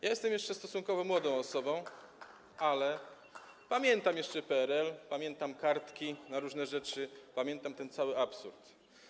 Ja jestem stosunkowo młodą osobą, ale pamiętam jeszcze PRL, pamiętam kartki na różne rzeczy, pamiętam ten cały absurd.